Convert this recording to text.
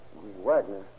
Wagner